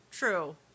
True